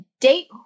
date